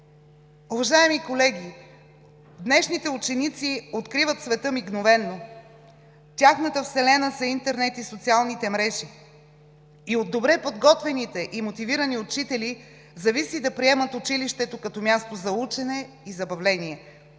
Уважаеми колеги, днешните ученици откриват света мигновено, тяхната вселена са интернет и социалните мрежи и от добре подготвените и мотивирани учители зависи да приемат училището като място за учене и забавление,